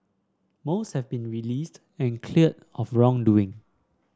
most have been released and cleared of wrongdoing